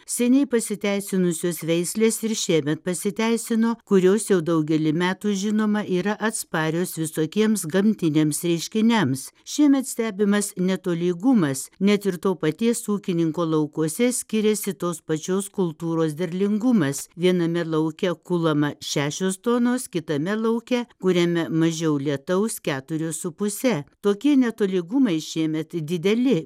seniai pasiteisinusios veislės ir šiemet pasiteisino kurios jau daugelį metų žinoma yra atsparios visokiems gamtiniams reiškiniams šiemet stebimas netolygumas net ir to paties ūkininko laukuose skiriasi tos pačios kultūros derlingumas viename lauke kulama šešios tonos kitame lauke kuriame mažiau lietaus keturios su puse tokie netolygumai šiemet dideli